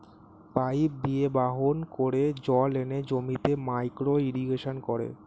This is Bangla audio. পাইপ দিয়ে বাহন করে জল এনে জমিতে মাইক্রো ইরিগেশন করে